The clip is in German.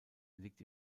liegt